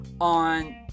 on